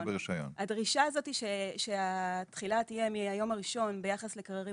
הדרישה הזאת שהתחילה תהיה מהיום הראשון ביחס לקררים